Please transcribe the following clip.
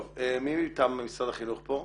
מי מטעם משרד החינוך פה?